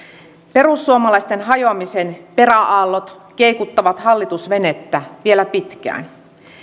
perussuomalaisten hajoamisen peräaallot keikuttavat hallitusvenettä vielä pitkään